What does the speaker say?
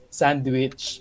sandwich